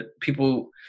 people